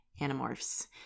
Animorphs